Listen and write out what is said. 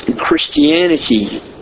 Christianity